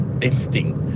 Instinct